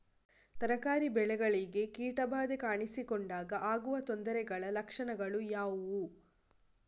ತರಕಾರಿ ಬೆಳೆಗಳಿಗೆ ಕೀಟ ಬಾಧೆ ಕಾಣಿಸಿಕೊಂಡಾಗ ಆಗುವ ತೊಂದರೆಗಳ ಲಕ್ಷಣಗಳು ಯಾವುವು?